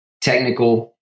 technical